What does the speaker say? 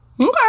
Okay